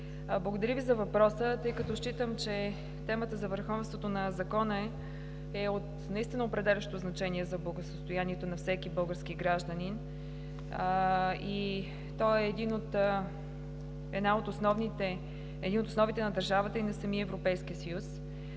Благодаря Ви за въпроса, тъй като считам, че темата за върховенството на Закона е наистина от определящо значение за благосъстоянието на всеки български гражданин и тя е една от основите на държавата и на самия Европейски съюз.